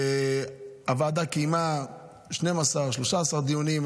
הוועדה קיימה 13-12 דיונים,